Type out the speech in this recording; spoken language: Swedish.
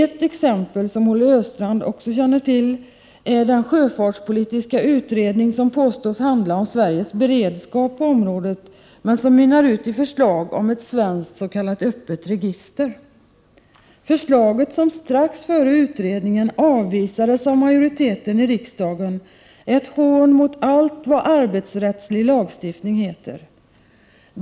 Ett exempel som Olle Östrand också känner till är den sjöfartspolitiska utredning som påstås handla om Sveriges beredskap på området, men som mynnar ut i förslag om ett svenskt s.k. öppet register. Förslaget, som strax före utredningen avvisades av majoriteten i riksdagen, är ett hån mot allt vad arbetsrättslig lagstiftning heter.